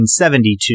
1972